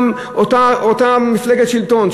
גם של אותה מפלגת שלטון,